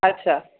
अच्छा